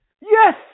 Yes